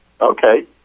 Okay